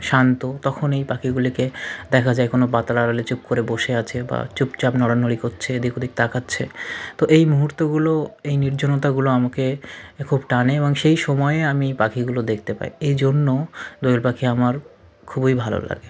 শান্ত তখন এই পাখিগুলিকে দেখা যায় কোনও পাতার আড়ালে চুপ করে বসে আছে বা চুপচাপ নড়ানড়ি করছে এদিক ওদিক তাকাচ্ছে তো এই মুহূর্তগুলো এই নির্জনতাগুলো আমাকে খুব টানে এবং সেই সময়ে আমি পাখিগুলো দেখতে পাই এই জন্য দোয়েল পাখি আমার খুবই ভালো লাগে